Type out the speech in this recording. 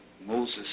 Moses